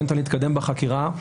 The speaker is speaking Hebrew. לא ניתן להתקדם בחקירה,